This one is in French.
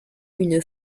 une